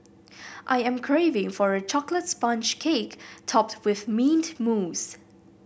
I am craving for a chocolate sponge cake topped with mint mousse